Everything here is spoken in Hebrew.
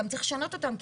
צריך לשנות אותם,